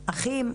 אחים,